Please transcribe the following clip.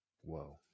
whoa